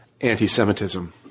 anti-Semitism